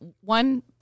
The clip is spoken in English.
one